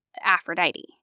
Aphrodite